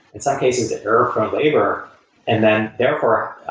in some cases a nerve from labor and then therefore,